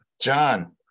John